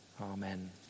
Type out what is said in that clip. Amen